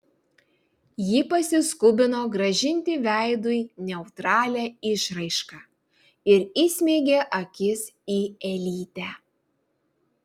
ji pasiskubino grąžinti veidui neutralią išraišką ir įsmeigė akis į elytę